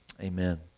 amen